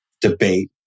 debate